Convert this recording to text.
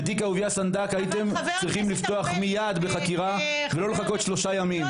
בתיק אהוביה סנדק הייתם צריכים לפתוח מיד בחקירה ולא לחכות שלושה ימים,